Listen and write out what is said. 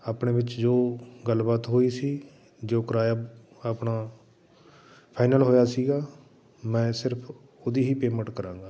ਆਪਣੇ ਵਿੱਚ ਜੋ ਗੱਲਬਾਤ ਹੋਈ ਸੀ ਜੋ ਕਿਰਾਇਆ ਆਪਣਾ ਫਾਈਨਲ ਹੋਇਆ ਸੀਗਾ ਮੈਂ ਸਿਰਫ ਉਹਦੀ ਹੀ ਪੈਮੇਂਟ ਕਰਾਂਗਾ